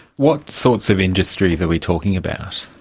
what sorts of industries are we talking about?